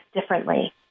differently